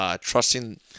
Trusting